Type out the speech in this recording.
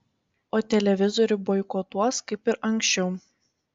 o televizorių boikotuos kaip ir anksčiau